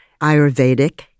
Ayurvedic